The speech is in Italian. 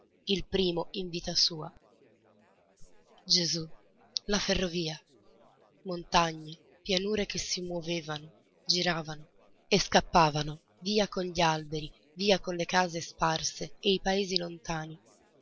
il primo in vita sua gesù la ferrovia montagne pianure che si movevano giravano e scappavano via con gli alberi via con le case sparse e i paesi lontani